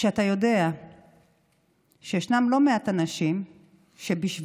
כשאתה יודע שיש לא מעט אנשים שבשבילם